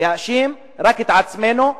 רק את עצמנו.